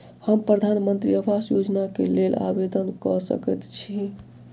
हम प्रधानमंत्री आवास योजना केँ लेल आवेदन कऽ सकैत छी?